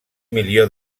milió